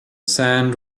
sand